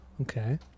Okay